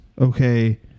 okay